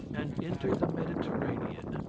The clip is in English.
and entered the mediterranean.